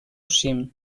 cim